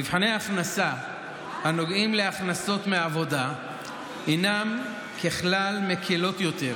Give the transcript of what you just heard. מבחני ההכנסה הנוגעים להכנסות מעבודה הינם ככלל מקילים יותר.